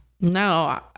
No